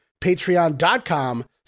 patreon.com